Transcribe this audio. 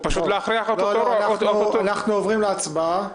אנחנו עוברים להצבעה